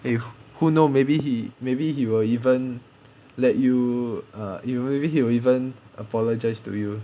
eh who know maybe he maybe he will even let you err you maybe he'll even apologize to you